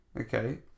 okay